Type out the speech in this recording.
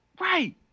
Right